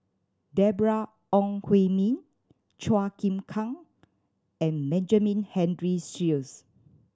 Deborah Ong Hui Min Chua Chim Kang and Benjamin Henry Sheares